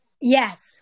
Yes